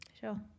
Sure